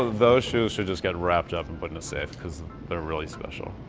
those shoes should just get wrapped up and put in a safe because they're really special.